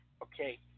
Okay